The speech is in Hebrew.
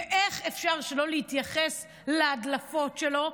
ואיך אפשר שלא להתייחס להדלפות שלו,